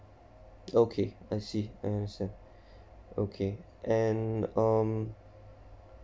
okay I see I understand okay and um